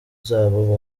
zabo